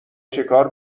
شکار